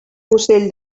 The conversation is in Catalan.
ocell